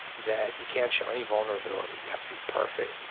that you can't show any vulnerability. you have to be perfect.